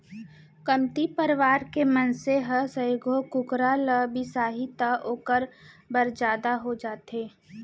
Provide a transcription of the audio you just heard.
कमती परवार के मनसे ह सइघो कुकरा ल बिसाही त ओकर बर जादा हो जाथे